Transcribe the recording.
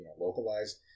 localized